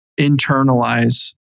internalize